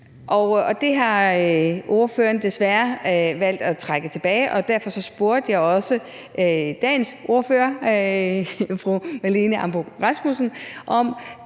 Det har ordføreren desværre valgt at trække tilbage, og derfor spurgte jeg dagens ordfører, fru Marlene Ambo-Rasmussen, om,